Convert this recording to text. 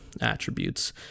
attributes